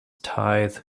tithe